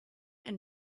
and